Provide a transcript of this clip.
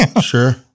Sure